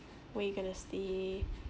where you going to stay